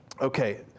Okay